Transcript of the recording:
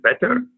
better